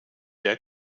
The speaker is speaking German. der